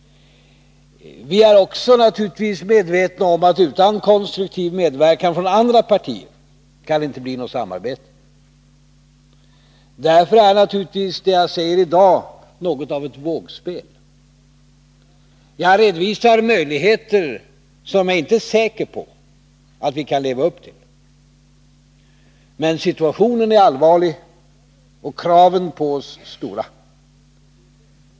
Vi är naturligtvis också medvetna om att utan konstruktiv medverkan från andra partier kan det inte bli något samarbete. Därför är givetvis det jag säger i dag något av ett vågspel. Jag redovisar möjligheter, som jag inte är säker på att vi kan leva upp till. Men situationen är allvarlig och kraven på oss stora.